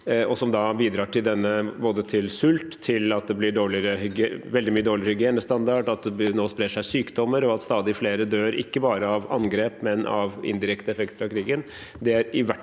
som bidrar både til sult, til at det blir veldig mye dårligere hygienestandard, til at det nå sprer seg sykdommer, og til at stadig flere dør, ikke bare av angrep, men av indirekte effekter av krigen